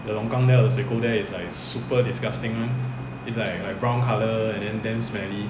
the longkang there the 水沟 there is like super disgusting [one] it's like like brown colour and then damn smelly